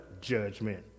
judgment